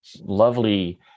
lovely